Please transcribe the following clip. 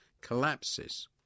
collapses